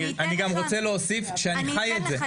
אני גם רוצה להוסיף שאני חי את זה.